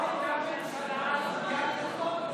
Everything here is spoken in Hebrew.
מאז הקמת הכנסת לא הייתה.